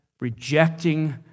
rejecting